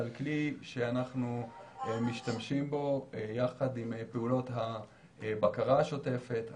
אבל כלי שאנחנו משתמשים בו יחד עם פעולות הבקרה השוטפת,